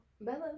Bella